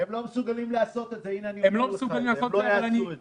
הם לא מסוגלים לעשות את זה, הם לא יעשו את זה.